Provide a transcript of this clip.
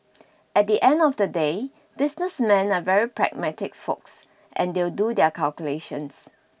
at the end of the day business men are very pragmatic folks and they'll do their calculations